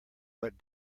what